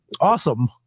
Awesome